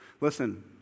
Listen